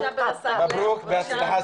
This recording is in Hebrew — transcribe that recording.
בהצלחה,